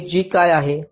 हे g काय आहे